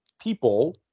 people